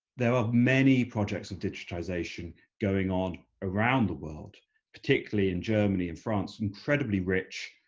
there are many projects of digitization going on around the world particularly in germany and france, incredibly rich